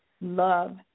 Love